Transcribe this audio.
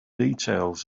details